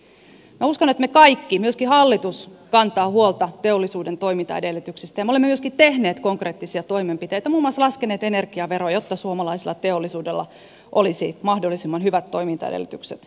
minä uskon että me kaikki myöskin hallitus kannamme huolta teollisuuden toimintaedellytyksistä ja me olemme myöskin tehneet konkreettisia toimenpiteitä muun muassa laskeneet energiaveroa jotta suomalaisella teollisuudella olisi mahdollisimman hyvät toimintaedellytykset suomessa